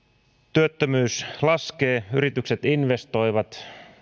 työttömyys laskee yritykset investoivat